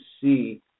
see